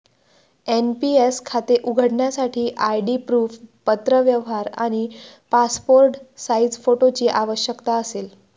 NPS खाते उघडण्यासाठी ID proof, पत्रव्यवहार आणि पासपोर्ट साइज फोटोची आवश्यकता असेल